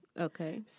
Okay